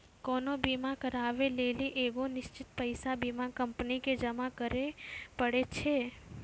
कोनो बीमा कराबै लेली एगो निश्चित पैसा बीमा कंपनी के जमा करै पड़ै छै